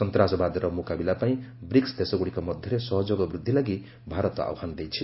ସନ୍ତାସବାଦର ମୁକାବିଲା ପାଇଁ ବ୍ରିକ୍ସ ଦେଶଗୁଡ଼ିକ ମଧ୍ୟରେ ସହଯୋଗ ବୃଦ୍ଧି ଲାଗି ଭାରତ ଆହ୍ବାନ ଦେଇଛି